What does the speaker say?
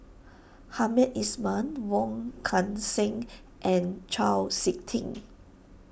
Hamed Ismail Wong Kan Seng and Chau Sik Ting